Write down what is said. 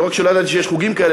לא רק שלא ידעתי שיש חוגים כאלה,